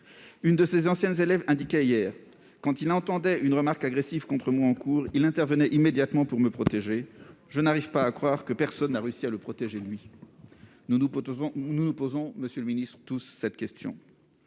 Une de ses anciennes élèves indiquait hier :« Quand il entendait une remarque agressive contre moi en cours, il intervenait immédiatement pour me protéger. Je n'arrive pas à croire que personne n'ait réussi à le protéger, lui. » Nous partageons tous cette interrogation,